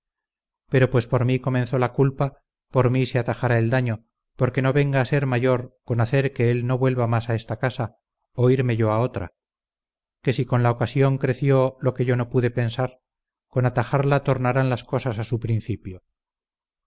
pero pues por mí comenzó la culpa por mí se atajará el daño porque no venga a ser mayor con hacer que él no vuelva más a esta casa o irme yo a otra que si con la ocasión creció lo que yo no pude pensar con atajarla tornarán las cosas a su principio